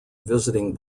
visiting